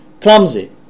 clumsy